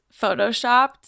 Photoshopped